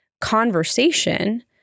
conversation